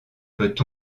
peut